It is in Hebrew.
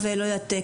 לא יודעת,